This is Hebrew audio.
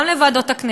גם לוועדות הכנסת,